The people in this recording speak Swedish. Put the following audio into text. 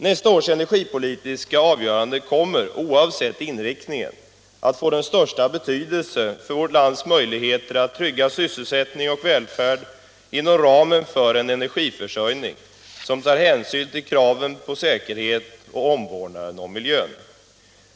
Nästa års energipolitiska avgöranden kommer oavsett inriktning att få den största betydelse för vårt lands möjligheter att trygga sysselsättning och välfärd inom ramen för en energiförsörjning som tar hänsyn till kraven på säkerhet och omvårdnaden om miljön.